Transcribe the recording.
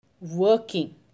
working